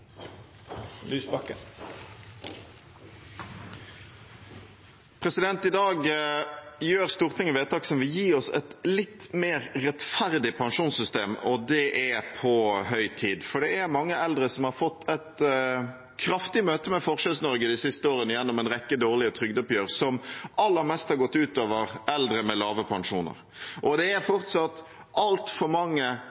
I dag gjør Stortinget vedtak som vil gi oss et litt mer rettferdig pensjonssystem, og det er på høy tid. Det er mange eldre som har fått et kraftig møte med Forskjells-Norge de siste årene gjennom en rekke dårlige trygdeoppgjør, som aller mest har gått ut over eldre med lave pensjoner. Det er